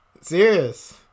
serious